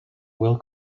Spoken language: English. will